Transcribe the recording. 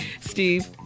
steve